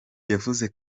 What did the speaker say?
yavuze